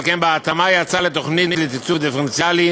ועל כן, בהתאמה, יצא לתוכנית לתקצוב דיפרנציאלי